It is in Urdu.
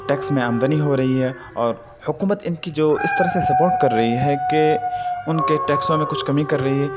ٹیکس میں آمدنی ہو رہی ہے اور حکومت ان کی جو اس طرح سے سپوٹ کر رہی ہے کہ ان کے ٹیکسوں میں کچھ کمی کر رہی ہے